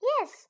Yes